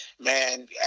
Man